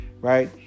right